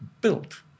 built